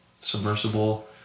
submersible